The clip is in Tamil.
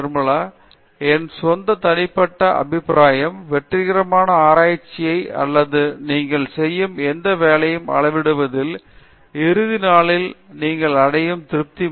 நிர்மலா என் சொந்த தனிப்பட்ட அபிப்பிராயம் வெற்றிகரமான ஆராய்ச்சியை அல்லது நீங்கள் செய்யும் எந்த வேலையும் அளவிடுவதில் இறுதி நாளில் நீங்கள் அடையும் திருப்தி